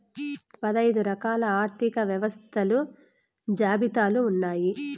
పదైదు రకాల ఆర్థిక వ్యవస్థలు జాబితాలు ఉన్నాయి